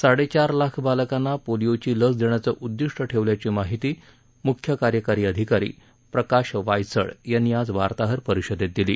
साडेचार लाख बालकांना पोलिओची लस देण्याचं उद्दिष्ट ठेवल्याची माहिती मुख्य कार्यकारी अधिकारी प्रकाश वायचळ यांनी आज वार्ताहर परिषदेत दिली